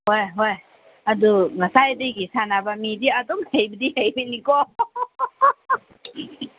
ꯍꯣꯏ ꯍꯣꯏ ꯑꯗꯨ ꯉꯁꯥꯏꯗꯒꯤ ꯁꯥꯟꯅꯕ ꯃꯤꯗꯤ ꯑꯗꯨꯝ ꯍꯩꯕꯗꯤ ꯍꯩꯒꯅꯤꯀꯣ